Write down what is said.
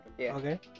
okay